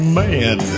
man